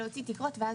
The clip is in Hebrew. התקרות.